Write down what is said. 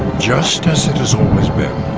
just as it has always been,